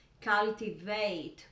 cultivate